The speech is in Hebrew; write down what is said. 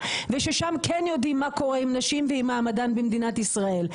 וששם כן יודעים מה קורה עם נשים ועם מעמדן במדינת ישראל,